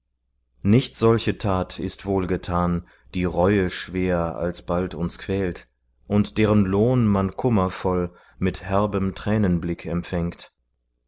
nicht solche tat ist wohlgetan die reueschwer alsbald uns quält und deren lohn man kummervoll mit herbem tränenblick empfängt